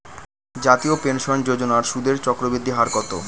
জাতীয় পেনশন যোজনার সুদের চক্রবৃদ্ধি হার কত?